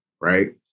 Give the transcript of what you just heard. right